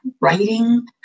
writing